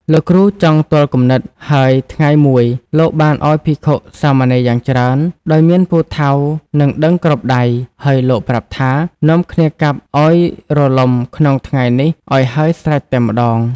លោកគ្រូចង់ទាល់គំនិត ហើយថ្ងៃមួយ លោកបានឲ្យភិក្ខុ-សាមណេរយ៉ាងច្រើន ដោយមានពូថៅ និងដឹងគ្រប់ដៃ ហើយលោកប្រាប់ថា នាំគ្នាកាប់ឲ្យរលំក្នុងថ្ងៃនេះឲ្យហើយស្រេចតែម្តង ។